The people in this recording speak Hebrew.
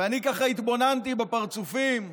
ואני ככה התבוננתי בפרצופים,